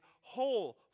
whole